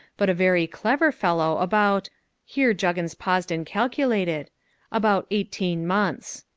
but a very clever fellow about here juggins paused and calculated about eighteen months.